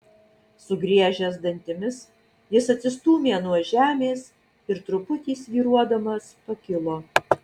sugriežęs dantimis jis atsistūmė nuo žemės ir truputį svyruodamas pakilo